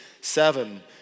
seven